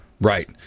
Right